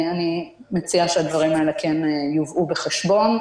אני מציעה שהדברים האלה כן יובאו בחשבון.